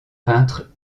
peintre